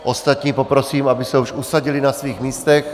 Ostatní poprosím, aby se už usadili na svých místech.